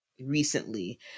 recently